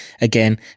again